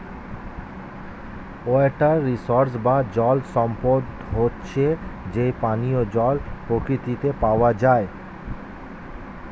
water resource বা জল সম্পদ হচ্ছে যেই পানিও জল প্রকৃতিতে পাওয়া যায়